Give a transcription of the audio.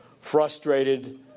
frustrated